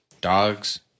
Dogs